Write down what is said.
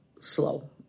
slow